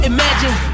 Imagine